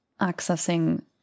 accessing